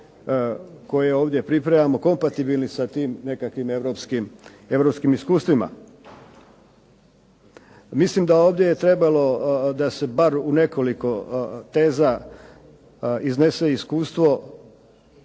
koje ovdje pripremamo kompatibilni sa tim nekakvim europskim iskustvima. Mislim da ovdje je trebalo da se bar u nekoliko teza iznese iskustvo,